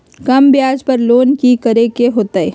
कम ब्याज पर लोन की करे के होतई?